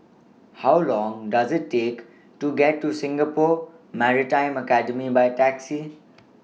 How Long Does IT Take to get to Singapore Maritime Academy By Taxi